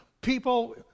people